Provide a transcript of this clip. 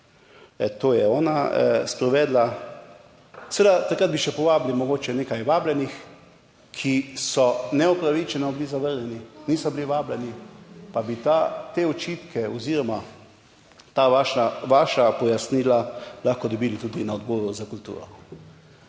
to je ona sprovedla. Seveda takrat bi še povabili mogoče nekaj vabljenih, ki so neupravičeno bili zavrnjeni, niso bili vabljeni, pa bi te očitke oziroma ta vaša pojasnila lahko dobili tudi na Odboru za kulturo.